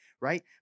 Right